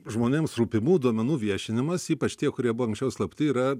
žmonėms rūpimų duomenų viešinimas ypač tie kurie buvo anksčiau slapti yra